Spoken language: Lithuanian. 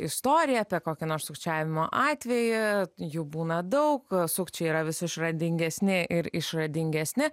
istorija apie kokį nors sukčiavimo atvejį jų būna daug sukčiai yra vis išradingesni ir išradingesni